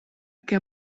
que